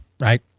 right